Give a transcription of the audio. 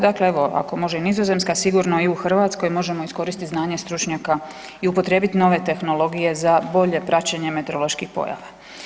Dakle, evo, ako može i Nizozemska, sigurno i u Hrvatskoj možemo iskoristiti znanje stručnjaka i upotrijebiti nove tehnologije za bolje praćenje meteoroloških pojava.